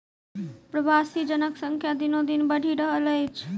प्रवासी जनक संख्या दिनोदिन बढ़ि रहल अछि